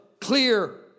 clear